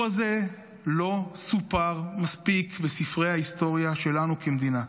הזה לא סופר מספיק בספרי ההיסטוריה שלנו כמדינה.